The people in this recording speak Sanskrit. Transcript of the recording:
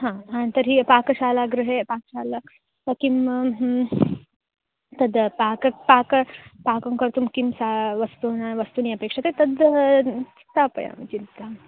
हा हा तर्हि पाकशालागृहे पाकशाला तत्र किं तद् पाकं पाकं पाकं कर्तुं कानि सा वस्तुना वस्तूनि अपेक्ष्यन्ते तानि स्थापयामि चिन्ताम्